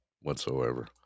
whatsoever